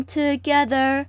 together